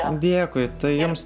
kam dėkui tai jums